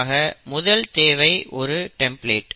ஆக முதல் தேவை ஒரு டெம்ப்ளேட்